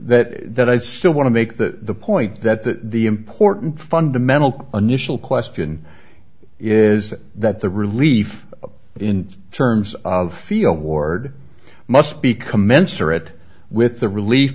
that that i still want to make the point that the important fundamental initial question is that the relief in terms of feel ward must be commensurate with the relief